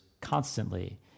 constantly